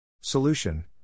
Solution